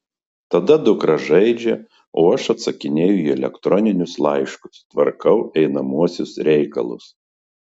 tada dukra žaidžia o aš atsakinėju į elektroninius laiškus tvarkau einamuosius reikalus